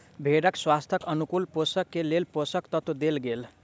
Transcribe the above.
भेड़क स्वास्थ्यक अनुकूल पोषण के लेल पोषक तत्व देल गेल